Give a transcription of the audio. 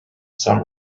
some